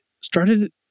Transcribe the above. started